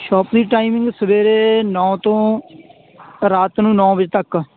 shop ਦੀ timing ਸਵੇਰੇ ਨੌ ਤੋਂ ਰਾਤ ਨੂੰ ਨੌ ਵਜੇ ਤੱਕ